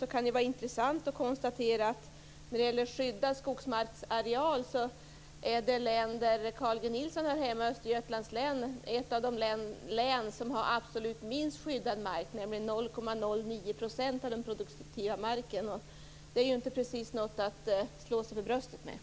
Då kan det vara intressant att konstatera att det län där Carl G Nilsson hör hemma, Östergötlands län, är ett av de län som har absolut minst skyddad skogsmark, nämligen 0,09 % av den produktiva marken. Det är ju inte precis något att slå sig för bröstet för.